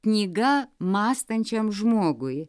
knyga mąstančiam žmogui